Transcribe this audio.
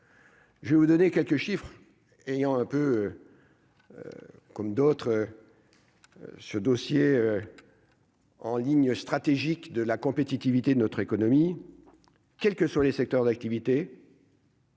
Je vais vous donner quelques chiffres, ayant un peu comme d'autres, ce dossier en ligne stratégique de la compétitivité de notre économie, quelles que soient les secteurs d'activité.